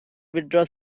withdraw